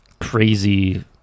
crazy